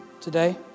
today